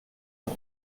mal